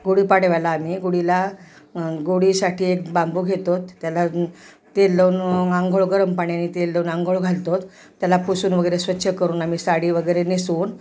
गुढीपाडव्याला आम्ही गुढीला गुढीसाठी एक बांबू घेतो त्याला तेल लावून आंघोळ गरम पाण्याने तेल लावून आंघोळ घालतो त्याला पुसून वगैरे स्वच्छ करून आम्ही साडी वगेरे नेसवून